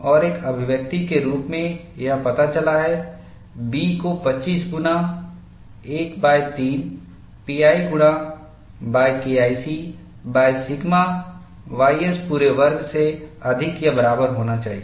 और एक अभिव्यक्ति के रूप में यह पता चला है B को 25 गुना 13 pi गुणा KIC सिग्मा ys पूरे वर्ग से अधिक या बराबर होना चाहिए